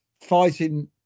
fighting